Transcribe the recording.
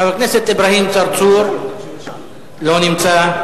חבר הכנסת אברהים צרצור לא נמצא,